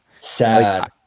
sad